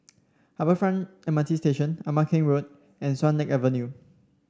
Harbour Front M R T Station Ama Keng Road and Swan Lake Avenue